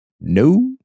no